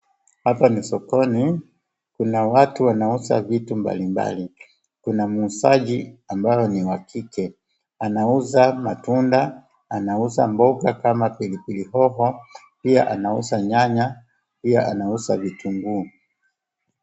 Hapa ni sokoni kuna watu wanauza vitu mbalimbali. Kuna muuzaji ambaye ni wa kike anauza matunda, anauza mboga kama pilipili hoho. Pia anauza nyanya pia anauza vitunguu.